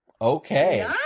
Okay